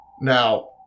Now